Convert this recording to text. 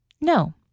No